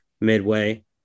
midway